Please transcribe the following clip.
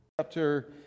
Chapter